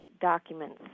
documents